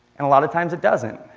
and a lot of times it doesn't.